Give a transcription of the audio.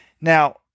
Now